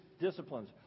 disciplines